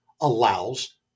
allows